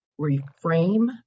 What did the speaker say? reframe